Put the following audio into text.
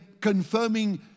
confirming